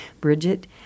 Bridget